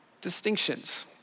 distinctions